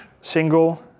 single